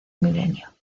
milenio